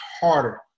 harder